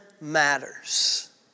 matters